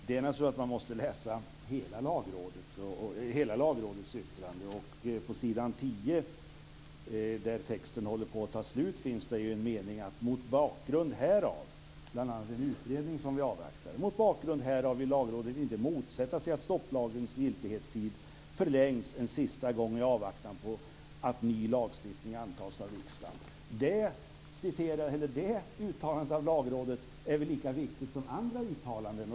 Fru talman! Man måste naturligtvis läsa hela Lagrådets yttrande. På s. 10, precis mot slutet, finns det en mening som lyder: "Mot bakgrund härav", bl.a. den utredning som vi avvaktar, "vill Lagrådet inte motsätta sig att stopplagens giltighetstid förlängs en sista gång i avvaktan på att ny lagstiftning antas av riksdagen." Det uttalandet av Lagrådet är väl lika viktigt som andra uttalanden.